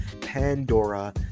Pandora